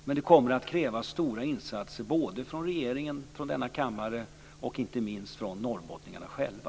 Men det kommer att krävas stora insatser från regeringen, från denna kammare och inte minst från norrbottningarna själva.